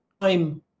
time